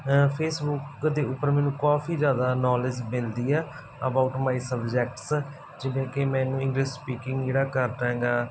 Facebook ਦੇ ਉਪਰ ਮੈਨੂੰ ਕਾਫੀ ਜ਼ਿਆਦਾ ਨੌਲੇਜ ਮਿਲਦੀ ਹੈ ਅਬਾਊਟ ਮਾਈ ਸਬਜੈਕਟਸ ਜਿਵੇਂ ਕਿ ਮੈਨੂੰ ਇੰਗਲਿਸ਼ ਸਪੀਕਿੰਗ ਜਿਹੜਾ ਕਰ ਰਿਹਾ ਹੈਗਾ